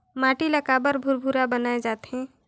माटी ला काबर भुरभुरा बनाय जाथे?